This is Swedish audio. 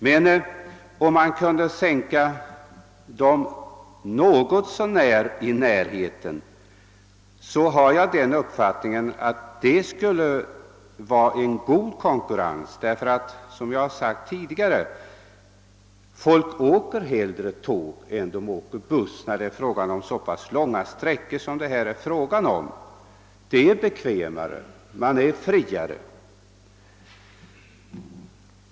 Men om man kunde sänka priserna så att de kommer något så när i närheten av busspriserna, tror jag att det skulle ge goda konkurrensmöjligheter. Ty, som jag sagt tidigare, folk åker hellre tåg än buss på så pass långa sträckor. Det är bekvämare, och man är mera obunden.